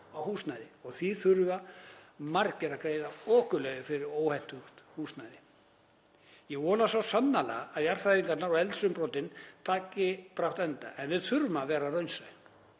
á húsnæði og því þurfa margir að greiða okurleigu fyrir óhentugt húsnæði. Ég vona svo sannarlega að jarðhræringarnar og eldsumbrotin taki brátt enda en við þurfum að vera raunsæ.